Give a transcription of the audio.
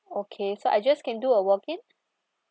okay so I just can do a walk in